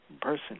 person